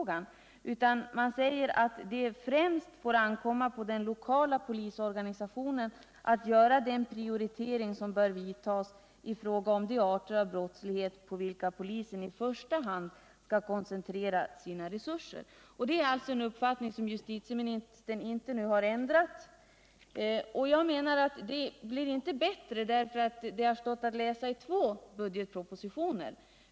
I stället säger man att det främst får ankomma på den lokala polisorganisationen att göra den prioritering som bör finnas i fråga om de arter av brottslighet på vilka polisen i första hand skall koncentrera sina resurser. På den punkten har justitieministern inte ändrat uppfattning. Jag anser att det inte blir bättre därför att det stått att läsa i två budgetpropositioner.